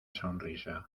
sonrisa